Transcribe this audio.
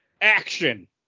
Action